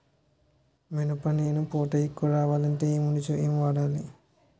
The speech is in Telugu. మినప చేను పూత ఎక్కువ రావాలి అంటే ఏమందు వాడాలి?